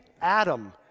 Adam